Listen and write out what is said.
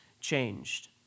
changed